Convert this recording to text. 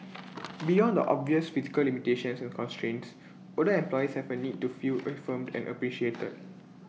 beyond the obvious physical limitations and constraints older employees have A need to feel affirmed and appreciated